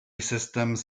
systems